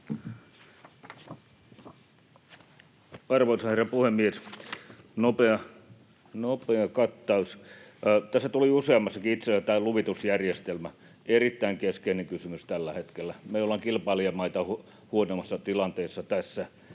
Arvoisa herra puhemies! Nopea kattaus: Tässä tuli itse asiassa useammassakin tämä luvitusjärjestelmä — erittäin keskeinen kysymys tällä hetkellä. Me ollaan kilpailijamaita huonommassa tilanteessa tässä.